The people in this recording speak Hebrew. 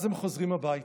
הם מחונכים היטב,